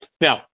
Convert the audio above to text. Now